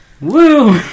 Woo